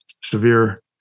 severe